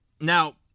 Now